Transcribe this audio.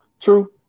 True